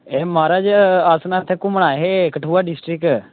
एह् महाराज अस ना इत्थे घूमन आए हे कठुआ डिस्ट्रिक्ट